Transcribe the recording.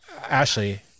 Ashley